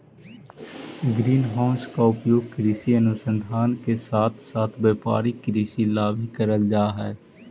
green house का उपयोग कृषि अनुसंधान के साथ साथ व्यापारिक कृषि ला भी करल जा हई